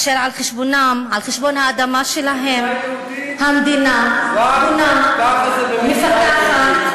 אשר על חשבון האדמה שלהם המדינה בונה ומפתחת,